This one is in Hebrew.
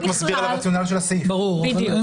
את מסבירה את הרציונל של הסעיף.